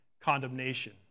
condemnation